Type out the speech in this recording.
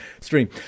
stream